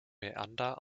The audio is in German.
mäander